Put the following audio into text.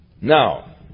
Now